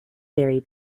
dairy